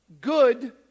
good